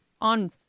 on